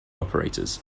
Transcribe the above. operators